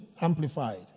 Amplified